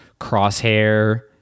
crosshair